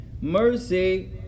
Mercy